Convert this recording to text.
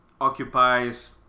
occupies